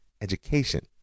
education